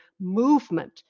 movement